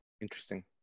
interesting